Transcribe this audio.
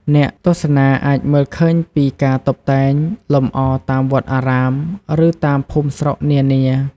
អ្នកទស្សនាអាចមើលឃើញពីការតុបតែងលម្អតាមវត្តអារាម ឬតាមភូមិស្រុកនានា។